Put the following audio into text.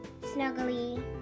snuggly